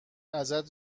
ازت